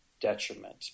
detriment